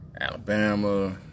Alabama